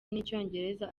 n’icyongereza